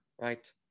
right